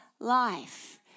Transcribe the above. life